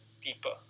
deeper